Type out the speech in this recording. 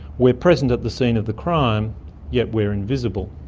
we're present at the scene of the crime yet we're invisible.